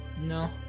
no